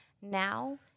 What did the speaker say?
Now